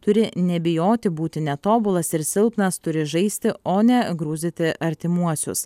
turi nebijoti būti netobulas ir silpnas turi žaisti o ne grūzyti artimuosius